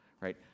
right